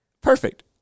perfect